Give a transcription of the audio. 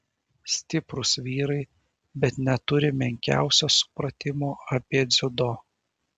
stiprūs vyrai bet neturi menkiausio supratimo apie dziudo